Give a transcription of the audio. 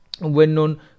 well-known